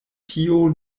tio